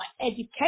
education